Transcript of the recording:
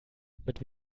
mit